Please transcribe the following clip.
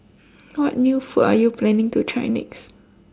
what new food are you planning to try next